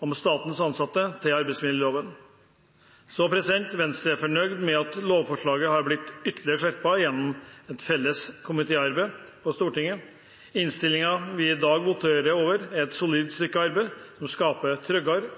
om statens ansatte til arbeidsmiljøloven. Venstre er fornøyd med at lovforslaget har blitt ytterligere skjerpet gjennom et felles komitéarbeid på Stortinget. Innstillingen vi i dag voterer over, er et solid stykke arbeid som skaper tryggere,